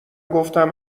گفتم